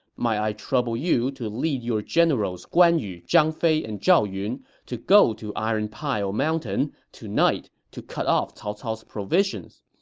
i trouble you to lead your generals guan yu, zhang fei, and zhao yun to go to iron pile mountain tonight to cut off cao cao's provisions?